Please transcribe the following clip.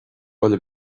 bhfuil